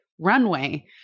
runway